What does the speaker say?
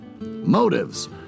Motives